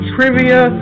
Trivia